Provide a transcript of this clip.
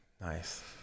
Nice